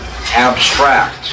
abstract